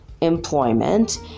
employment